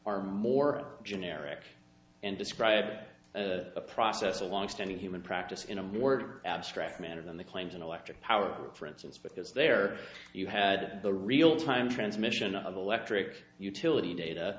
are more generic and describe the process a longstanding human practice in a more abstract manner than the claims in electric power for instance because there you had the real time transmission of electric utility data